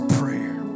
prayer